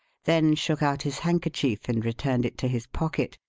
then shook out his handkerchief and returned it to his pocket,